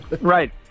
Right